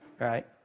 right